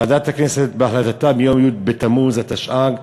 ועדת הכנסת, בהחלטתה ביום י' בתמוז התשע"ג,